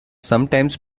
sometimes